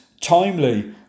timely